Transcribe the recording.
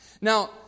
Now